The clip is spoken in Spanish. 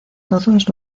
todos